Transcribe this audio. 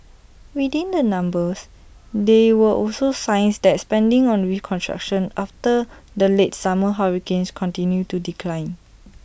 within the numbers there were also signs that spending on reconstruction after the late summer hurricanes continued to decline